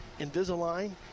Invisalign